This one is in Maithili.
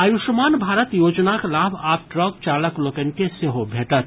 आयुष्मान भारत योजनाक लाभ आब ट्रक चालक लोकनिक के सेहो भेटत